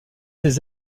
des